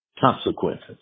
consequences